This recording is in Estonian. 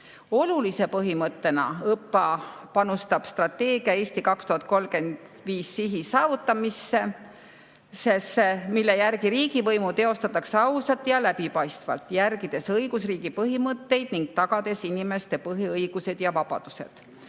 Olulise põhimõttena panustab ÕPPA strateegia "Eesti 2035" sihi saavutamisse, mille järgi riigivõimu teostatakse ausalt ja läbipaistvalt, järgides õigusriigi põhimõtteid ning tagades inimeste põhiõigused ja vabadused.